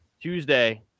Tuesday